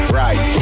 right